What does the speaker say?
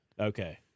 Okay